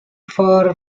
for